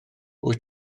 wyt